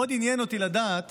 מאוד עניין אותי לדעת